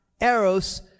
Eros